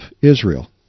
Israel